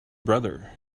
brother